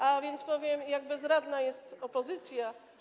A więc powiem o tym, jak bezradna jest opozycja.